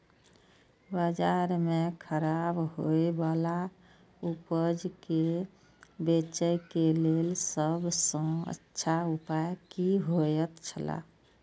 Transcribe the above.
बाजार में खराब होय वाला उपज के बेचे के लेल सब सॉ अच्छा उपाय की होयत छला?